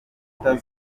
kuza